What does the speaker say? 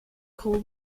call